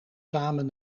samen